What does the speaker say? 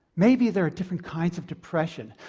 maybe there are different kinds of depression.